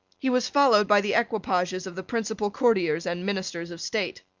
he was followed by the equipages of the principal courtiers and ministers of state.